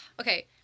Okay